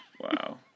Wow